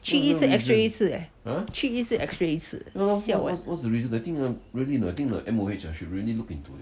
去一次 x-ray 一次 leh 去一次 x-ray 一次 siao eh